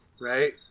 Right